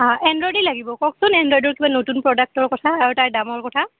অঁ এনড্ৰইদেই লাগিব কওঁকচোন এনড্ৰইদৰ কিবা নতুন প্ৰডাক্টৰ কথা আৰু তাৰ দামৰ কথা